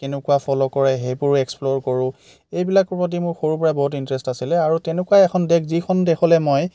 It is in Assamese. কেনেকুৱা ফ'ল' কৰে সেইবোৰ এক্সপ্ল'ৰ কৰোঁ এইবিলাকৰ প্ৰতি সৰুৰ পৰাই বহুত ইণ্টৰেষ্ট আছিলে আৰু তেনেকুৱাই এখন দেশ যিখন দেশলৈ মই